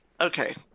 Okay